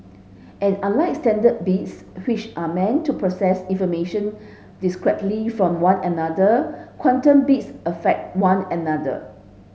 and unlike standard bits which are meant to process information discretely from one another quantum bits affect one another